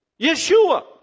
Yeshua